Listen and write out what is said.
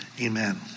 Amen